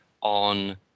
on